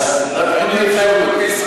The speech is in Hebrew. רק אין לי אפשרות.